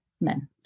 men